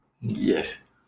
Yes